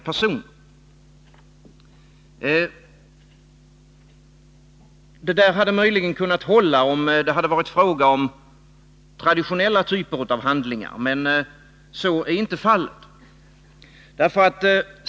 Dessa argument hade möjligen kunnat hålla, om det hade varit fråga om traditionella typer av handlingar, men så är inte fallet.